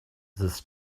this